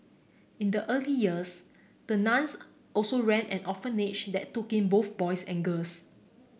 in the early years the nuns also ran an orphanage that took in both boys and girls